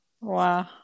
Wow